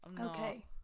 Okay